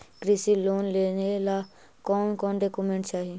कृषि लोन लेने ला कोन कोन डोकोमेंट चाही?